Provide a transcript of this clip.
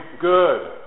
good